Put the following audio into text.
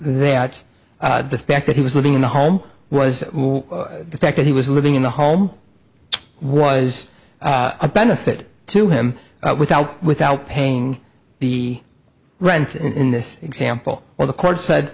that the fact that he was living in the home was the fact that he was living in the home was a benefit to him without without paying the rent in this example where the court said